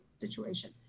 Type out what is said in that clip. situation